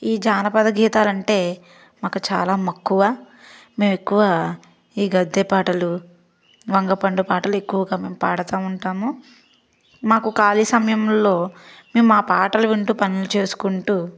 ఈ జానపద గీతాలు అంటే మాకు చాలా మక్కువ మేమెక్కువ ఈ గద్దె పాటలు వంగపండు పాటలు ఎక్కువగా మేం పాడతా ఉంటాము మాకు ఖాళీ సమయంలో మేమా పాటలు వింటూ పనులు చేసుకుంటూ